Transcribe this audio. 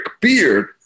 beard